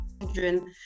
children